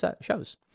shows